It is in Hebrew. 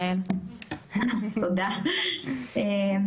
תודה רבה.